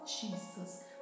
Jesus